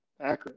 accurate